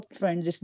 friends